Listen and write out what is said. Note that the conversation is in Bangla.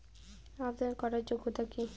আবেদন করার যোগ্যতা কি?